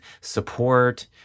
support